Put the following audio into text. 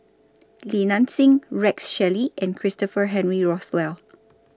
Li Nanxing Rex Shelley and Christopher Henry Rothwell